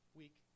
week